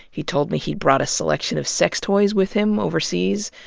he told me he'd brought a selection of sex toys with him overseas.